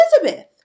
Elizabeth